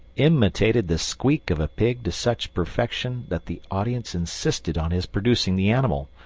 imitated the squeak of a pig to such perfection that the audience insisted on his producing the animal,